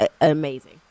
Amazing